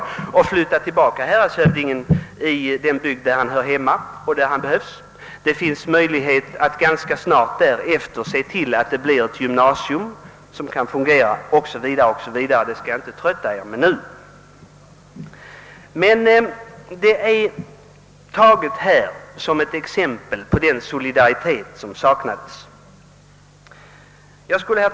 Man kan flytta tillbaka häradshövdingen dit han hör hemma och där han behövs, man kan sedan se till att det skapas ett gymnasium, som kan fungera, o.s.v. Jag skall inte trötta ut ledamöterna med en vidare uppräkning och har nämnt detta endast som exempel på den solidaritet från regeringen som saknas.